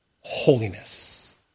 holiness